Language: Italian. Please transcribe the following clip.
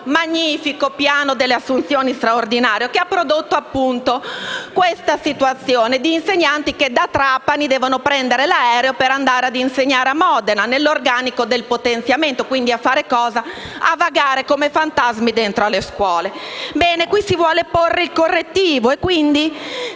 il suo magnifico piano delle assunzioni straordinarie che ha prodotto, appunto, una situazione per la quale ci sono insegnanti che da Trapani devono prendere l'aereo per andare a lavorare a Modena, nell'organico del potenziamento, quindi a vagare come fantasmi dentro le scuole. Bene, qui si vuole porre il correttivo, si